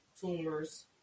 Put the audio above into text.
tumors